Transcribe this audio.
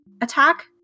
attack